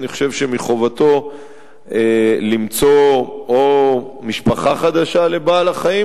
אני חושב שמחובתו למצוא או משפחה חדשה לבעל-החיים,